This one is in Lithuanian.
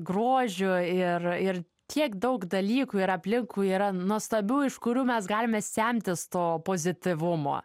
grožiu ir ir tiek daug dalykų yra aplinkui yra nuostabių iš kurių mes galime semtis to pozityvumo